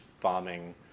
bombing